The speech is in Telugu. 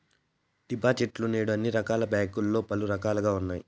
డిపాజిట్లు నేడు అన్ని రకాల బ్యాంకుల్లో పలు రకాలుగా ఉన్నాయి